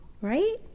right